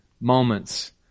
moments